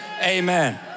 amen